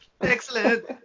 Excellent